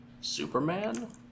Superman